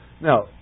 Now